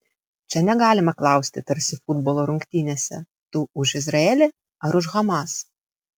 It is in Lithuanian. čia negalima klausti tarsi futbolo rungtynėse tu už izraelį ar už hamas